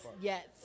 Yes